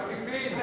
עקיפים.